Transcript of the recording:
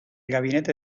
gabinete